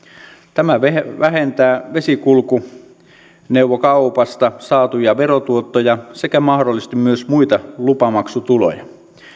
tämä vähentää vesikulkuneuvokaupasta saatuja verotuottoja sekä mahdollisesti myös muita lupamaksutuloja